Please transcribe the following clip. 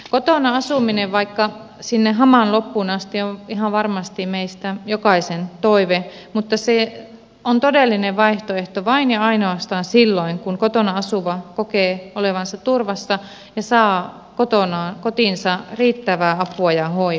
kotona asuminen vaikka sinne hamaan loppuun asti on ihan varmasti meistä jokaisen toive mutta se on todellinen vaihtoehto vain ja ainoastaan silloin kun kotona asuva kokee olevansa turvassa ja saa kotiinsa riittävää apua ja hoivaa